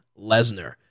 Lesnar